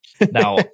Now